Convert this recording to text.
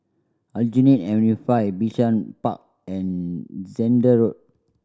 Aljunied Avenue Five Bishan Park and Zehnder